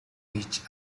ditch